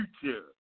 future